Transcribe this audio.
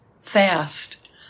fast